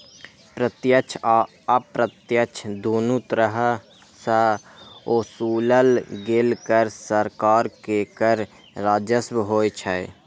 प्रत्यक्ष आ अप्रत्यक्ष, दुनू तरह सं ओसूलल गेल कर सरकार के कर राजस्व होइ छै